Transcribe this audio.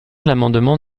l’amendement